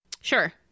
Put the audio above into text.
Sure